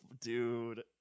dude